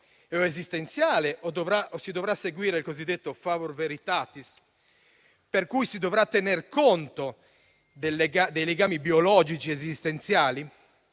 o esistenziale, o si dovrà seguire il cosiddetto *favor veritatis*, per cui si dovrà tener conto dei legami biologici esistenziali?